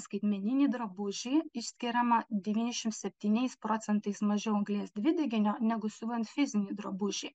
skaitmeninį drabužį išskiriama devyniasdešim septyniais procentais mažiau anglies dvideginio negu siuvant fizinį drabužį